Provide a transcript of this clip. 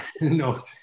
No